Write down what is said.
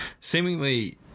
seemingly